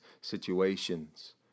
situations